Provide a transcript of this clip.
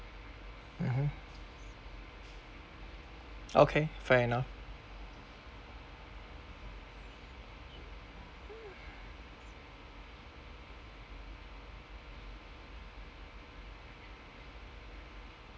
mmhmm okay fair enough